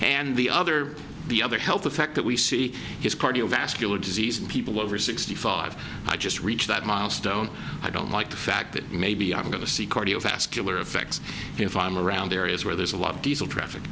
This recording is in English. and the other the other health effect that we see is cardiovascular disease and people over sixty five i just reach that milestone i don't like the fact that maybe i'm going to see cardiovascular effects if i'm around areas where there's a lot of diesel traffic